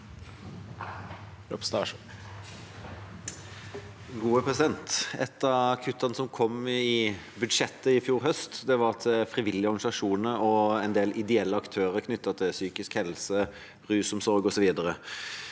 Et av kuttene som kom i budsjettet i fjor høst, var til frivillige organisasjoner og en del ideelle aktører knyttet til psykisk helse, rusomsorg osv.